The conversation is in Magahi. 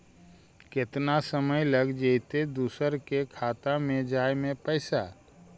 केतना समय लगतैय दुसर के खाता में जाय में पैसा?